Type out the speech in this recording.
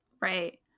Right